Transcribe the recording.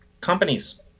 Companies